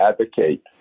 advocate